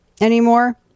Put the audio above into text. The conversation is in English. anymore